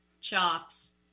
chops